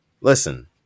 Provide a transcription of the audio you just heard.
Listen